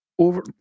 Over